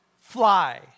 fly